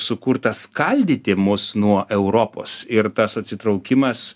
sukurtas skaldyti mus nuo europos ir tas atsitraukimas